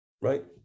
right